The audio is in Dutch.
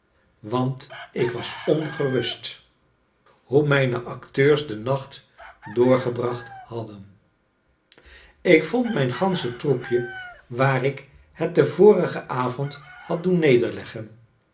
want ik was ongerust hoe mijne acteurs den nacht doorgebracht hadden ik vond mijn gansche troepje waar ik het den vorigen avond had doen nederliggen